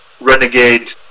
renegade